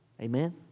Amen